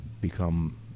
become